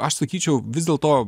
aš sakyčiau vis dėlto